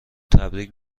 تبریک